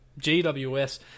GWS